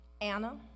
Anna